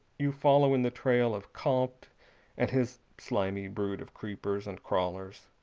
you follow in the trail of compte and his slimy brood of creepers and crawlers.